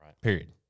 period